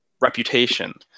reputation